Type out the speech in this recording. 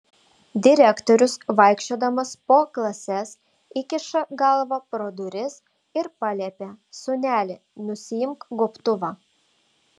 direktorius vaikščiodamas po klases įkiša galvą pro duris ir paliepia sūneli nusiimk gobtuvą